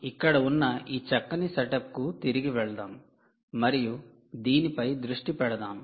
మనం ఇక్కడ ఉన్న ఈ చక్కని సెటప్కు తిరిగి వెళ్దాం మరియు దీనిపై దృష్టి పెడదాం